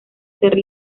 ser